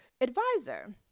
advisor